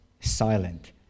silent